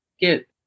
get